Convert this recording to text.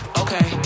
okay